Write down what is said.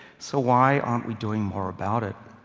so why aren't we doing more about it?